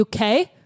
UK